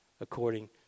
according